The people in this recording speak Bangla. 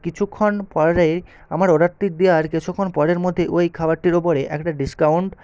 কিছুক্ষণ পরেই আমার অর্ডারটি দেওয়ার কিছুক্ষণ পরের মধ্যেই ওই খাবারটির ওপরে একটা ডিসকাউন্ট